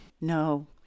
No